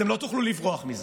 אתם לא תוכלו לברוח מזה.